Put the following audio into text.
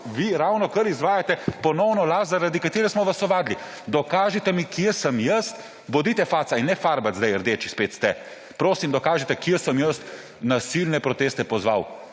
vi ravnokar izvajate, ponovno laž, zaradi katere smo vas ovadili. Dokažite mi, kje sem jaz – bodite faca in ne farbati zdaj, spet ste rdeči − prosim, dokažite, kje sem jaz na nasilne proteste pozval.